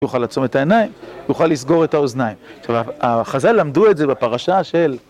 הוא יוכל לעצום את העיניים, הוא יוכל לסגור את האוזניים. עכשיו, החזה למדו את זה בפרשה של...